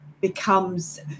becomes